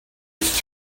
it’s